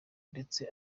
ndetse